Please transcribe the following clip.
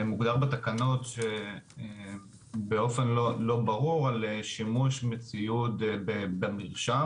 מוגדר בתקנות שבאופן לא ברור על שימוש בציוד במרשם,